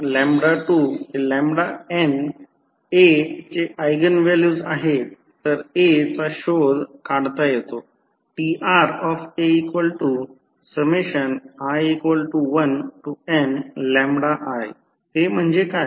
n A चे eigen values आहेत तर A चा शोध काढता येतो tri1ni ते म्हणजे काय